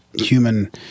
human